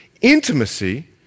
Intimacy